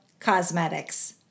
Cosmetics